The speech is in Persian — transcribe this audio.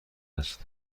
است